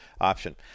option